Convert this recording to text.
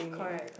correct correct